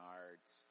arts